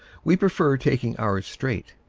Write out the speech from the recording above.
we prefer taking ours straight.